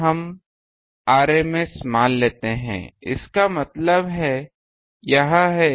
तो हम rms मान ले रहे हैं इसका मतलब यह है